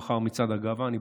מחר מצעד הגאווה פה,